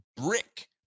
brick